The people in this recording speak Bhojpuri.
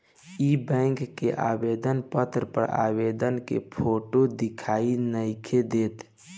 इ बैक के आवेदन पत्र पर आवेदक के फोटो दिखाई नइखे देत